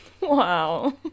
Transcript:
Wow